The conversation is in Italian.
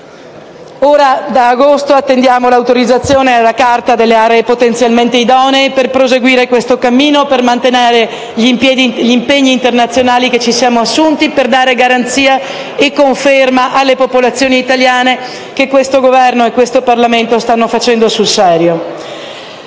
Da agosto attendiamo l'autorizzazione alla Carta nazionale delle aree potenzialmente idonee per proseguire questo cammino, per mantenere gli impegni internazionali che abbiamo assunto e per dare garanzia e conferma alle popolazioni italiane che questo Governo e questo Parlamento stanno facendo sul serio.